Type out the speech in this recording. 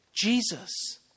Jesus